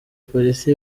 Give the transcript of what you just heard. polisi